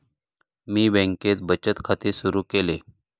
मी बँकेत बचत खाते सुरु केले